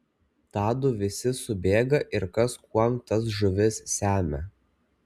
tadu visi subėga ir kas kuom tas žuvis semia